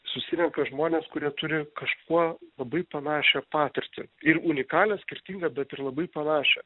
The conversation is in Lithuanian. susirenka žmonės kurie turi kažkuo labai panašią patirtį ir unikalią skirtingą bet ir labai panašią